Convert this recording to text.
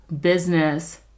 business